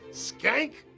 skank!